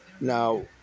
Now